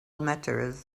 matters